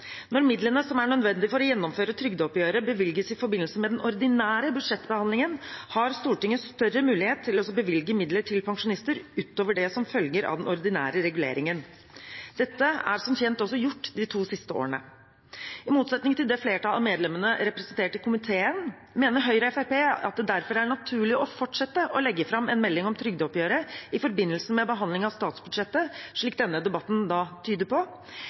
Når midlene som er nødvendig for å gjennomføre trygdeoppgjøret, bevilges i forbindelse med den ordinære budsjettbehandlingen, har Stortinget større mulighet til å bevilge midler til pensjonister utover det som følger av den ordinære reguleringen. Dette er som kjent også gjort de to siste årene. I motsetning til flertallet av medlemmene representert i komiteen mener Høyre og Fremskrittspartiet at det derfor er naturlig å fortsette å legge fram en melding om trygdeoppgjøret i forbindelse med behandlingen av statsbudsjettet, slik denne debatten tyder på.